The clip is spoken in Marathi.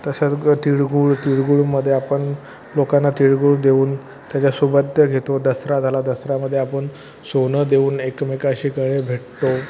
तसंच गं तिळगुळ तिळगुळमध्ये आपण लोकांना तिळगुळ देऊन त्याचा शुभआद्य घेतो दसरा झाला दसऱ्यामध्ये आपण सोनं देऊन एकमेकाशी गळे भेटतो